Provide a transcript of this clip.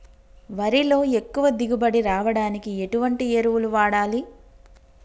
వరిలో ఎక్కువ దిగుబడి రావడానికి ఎటువంటి ఎరువులు వాడాలి?